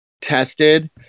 tested